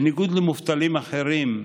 בניגוד למובטלים אחרים,